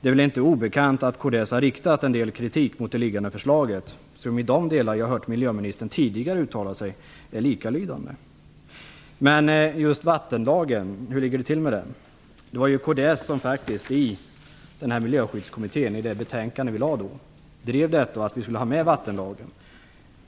Det är väl inte obekant att kds har riktat en del kritik mot det liggande förslaget som är likalydande med den som jag tidigare har hört miljöministern uttala? Hur ligger det till med vattenlagen? I det betänkande som Miljöskyddskommittén lade fram var det faktiskt kds som drev frågan om att vattenlagen